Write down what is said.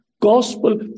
gospel